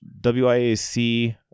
WIAC